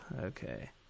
Okay